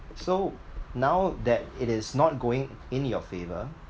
so now that it is not going in your favour